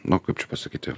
nu kaip čia pasakyti